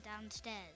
downstairs